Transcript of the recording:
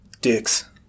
Dicks